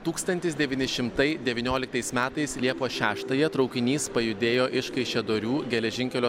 tūkstantis devyni šimtai devynioliktais metais liepos šeštąją traukinys pajudėjo iš kaišiadorių geležinkelio